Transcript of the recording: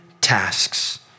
tasks